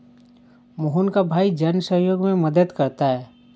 मोहन का भाई जन सहयोग में मदद करता है